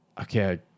okay